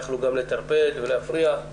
יכלו גם לטרפד ולהפריע אבל